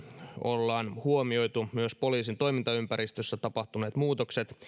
ollaan huomioitu myös poliisin toimintaympäristössä tapahtuneet muutokset